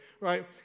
right